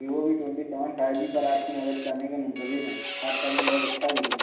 Vivo V twenty seven five G پر آپ کی مدد کرنے کے منتظر ہیں آپ کا دن بہت اچھا گزرے